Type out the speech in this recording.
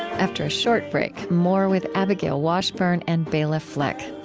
after a short break, more with abigail washburn and bela fleck.